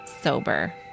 Sober